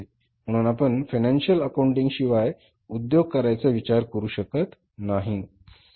म्हणून आपण financial accounting शिवाय उद्योग करायचा विचार करु शकत नाही बरोबर ना